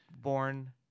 born